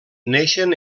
neixen